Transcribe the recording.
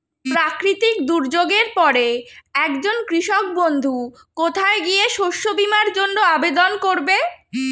প্রাকৃতিক দুর্যোগের পরে একজন কৃষক বন্ধু কোথায় গিয়ে শস্য বীমার জন্য আবেদন করবে?